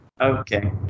okay